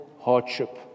hardship